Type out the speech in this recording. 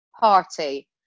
Party